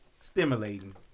stimulating